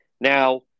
Now